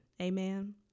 Amen